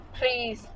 please